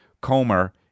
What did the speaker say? Comer